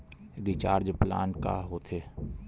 Recharge plan का होथे?